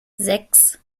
sechs